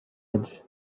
edge